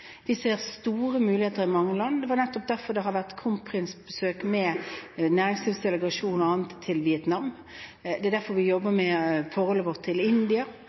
Vi ser store muligheter i mange land. Nettopp derfor har det vært et kronprinsbesøk med bl.a. en næringslivsdelegasjon i Vietnam. Det er derfor vi jobber med forholdet vårt til India.